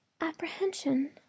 apprehension